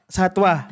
Satwa